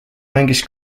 mängis